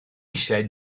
eisiau